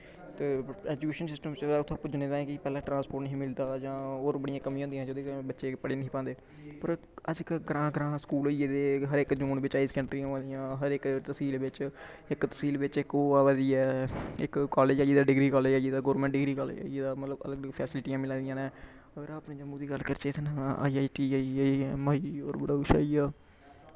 ते education system च उत्थें पुज्जने ताएं कि पैह्लैं ट्रांस्पोट नेईं हा मिलदा जां होर बड़ियां कमियां होंदियां जेह्दै कन्नै बच्चे पढ़ी नेंई हे पांदे पर अज्ज कल ग्रांऽ ग्रांऽ स्कूल होई गेदे हर इक जोन बिच्च हाईर स्कैंडरियां होआ दियां हर इक तसील बिच्च इक ओह् अवा दी ऐ इक कालेज़ आई दा इक डिग्री कालेज़ आई दा गौरमैंट डिग्री कालेज़ आई दा मतलव अलग अलग फैसलिटियां मिला दियां नैं अगर अपने जम्मू दी गल्ल करचै ता आई आई टी होई आई आई ऐम आई होर बड़ा कुछ आई गेआ